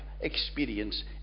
experience